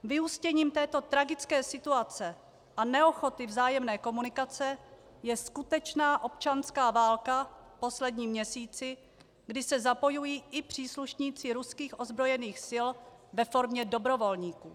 Vyústěním této tragické situace a neochoty vzájemné komunikace je skutečná občanská válka v posledním měsíci, kdy se zapojují i příslušníci ruských ozbrojených sil ve formě dobrovolníků.